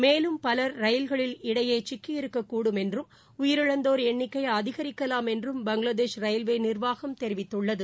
மேலும் பவர் ரயில்களின் இடையேசிக்கி இருக்கக்கூடும் என்றும் உயிரிழந்தோா் எண்ணிக்கைஅதிகரிக்கலாம் என்றும் பங்ளாதேஷ் ரயில்வேநிாவாகம் தெரிவித்துள்ளது